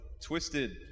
twisted